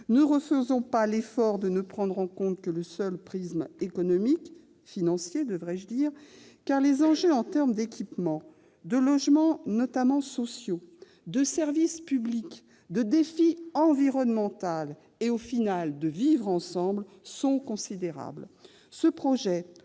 Ne refaisons pas l'erreur de ne prendre en compte que le seul prisme économique, financier devrais-je dire, car les enjeux en termes d'équipements, de logements, notamment sociaux, de services publics et de défi environnemental, et au final de « vivre ensemble », sont considérables. Ce projet,